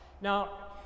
Now